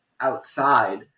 outside